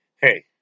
Hey